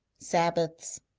sabbaths,